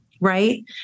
Right